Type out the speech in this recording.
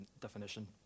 definition